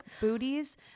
booties